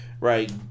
Right